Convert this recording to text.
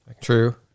true